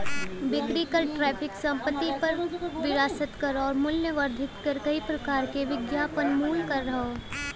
बिक्री कर टैरिफ संपत्ति कर विरासत कर आउर मूल्य वर्धित कर कई प्रकार के विज्ञापन मूल्य कर हौ